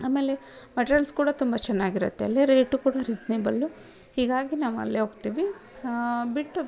ಆಮೇಲೆ ಮಟ್ರಿಯಲ್ಸ್ ಕೂಡ ತುಂಬ ಚೆನ್ನಾಗಿರತ್ತೆ ಅಲ್ಲಿ ರೇಟೂ ಕೂಡ ರಿಸ್ನೇಬಲು ಹೀಗಾಗಿ ನಾವು ಅಲ್ಲೇ ಹೋಗ್ತಿವಿ ಹಾಂ ಬಿಟ್ಟು